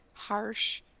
Harsh